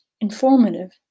Informative